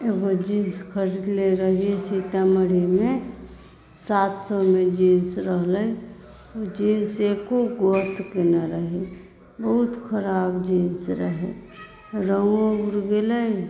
एगो जींस खरीदने रहियै सीतामढ़ीमे सात सएमे जींस रहलै ओ जींस एक्को गो अथिके न रहै बहुत खराब जींस रहै रङ्ग उड़ि गेलै